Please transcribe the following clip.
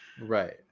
Right